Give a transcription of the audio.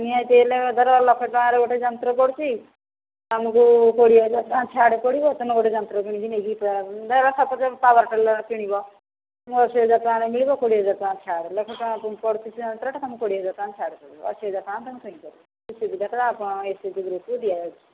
ନିହାତି ହେଲେ ଧର ଲକ୍ଷେ ଟଙ୍କାରେ ଗୋଟେ ଯନ୍ତ୍ର ପଡ଼ୁଛି ତମକୁ କୋଡ଼ିଏ ହଜାର ଟଙ୍କା ଛାଡ଼ ପଡ଼ିବ ତମେ ଗୋଟେ ଯନ୍ତ୍ର କିଣିକି ନେଇକି ଧର ପାୱାର ଟିଲର କିଣିବ ତମକୁ ଅଶି ହଜାର ଟଙ୍କାରେ ମିଳିବ କୋଡ଼ିଏ ହଜାର ଟଙ୍କା ଛାଡ଼ ଲକ୍ଷେ ଟଙ୍କା ପଡ଼ୁଛି ରେଟ୍ ତମକୁ କୋଡ଼ିଏ ହଜାର ଟଙ୍କା ଛାଡ଼ ପଡ଼ିବ ଅଶି ହଜାର ଟଙ୍କାରେ ତୁମେ କିଣିପାରିବ ସେହି ସୁବିଧାଟା ଆପଣ ଏସଏଚଜି ଗୃପରେ ଦିଆଯାଉଛି